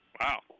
Wow